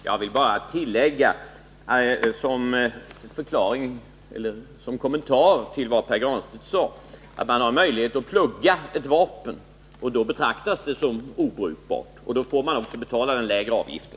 Herr talman! Jag vill bara som kommentar till vad Pär Granstedt sade tillägga att man har möjlighet att plugga ett vapen och då betraktas det som obrukbart. Då får man också betala den lägre avgiften.